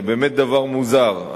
זה באמת דבר מוזר,